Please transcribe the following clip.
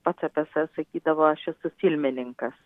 pats apie save sakydavo aš esu filmininkas